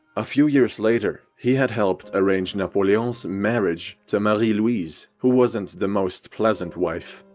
a few years later he had helped arrange napoleon's marriage to marie louise, who wasn't the most pleasant wife.